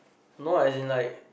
no as in like